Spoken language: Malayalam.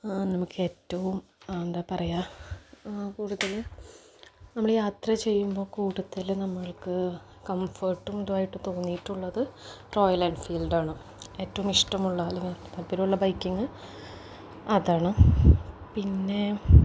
നമുക്ക് ഏറ്റവും എന്താണ് പറയുക കൂടുതലും നമ്മള് യാത്ര ചെയ്യുമ്പോള് കൂടുതല് നമുക്ക് കംഫേർട്ടും ഇതുമായിട്ട് തോന്നിയിട്ടുള്ളത് റോയൽ എൻഫീൽഡാണ് ഏറ്റവും ഇഷ്ടമുള്ള അല്ലെങ്കില് താല്പര്യമുള്ള ബൈക്ക് അതാണ് പിന്നെ